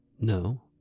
No